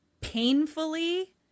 painfully